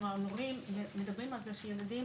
כלומר מורים מדברים על זה שילדים,